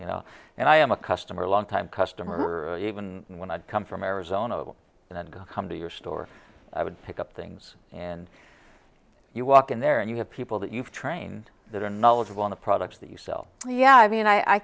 you know and i am a customer long time customer even when i come from arizona and i go come to your store i would stick up things and you walk in there and you have people that you've trained that are knowledgeable on the products that you sell yeah i mean i